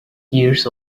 years